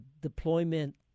deployment